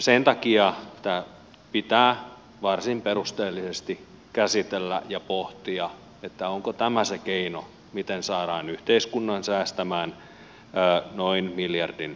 sen takia tämä pitää varsin perusteellisesti käsitellä ja pohtia onko tämä se keino miten saadaan yhteiskunta säästämään noin miljardin vuodessa